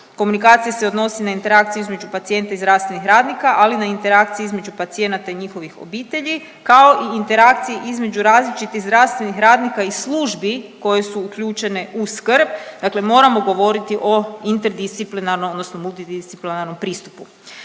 Komunikacija se odnosi na interakciju između pacijenta i zdravstvenih radnika, ali i na interakciji između pacijenata i njihovih obitelji kao i interakciji između različitih zdravstvenih radnika i službi koje su uključene u skrb. Dakle, moramo govoriti o interdisciplinarnom odnosno multidisciplinarnom pristupu.